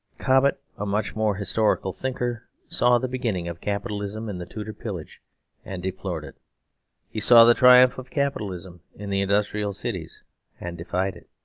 cobbett, a much more historical thinker, saw the beginning of capitalism in the tudor pillage and deplored it he saw the triumph of capitalism in the industrial cities and defied it.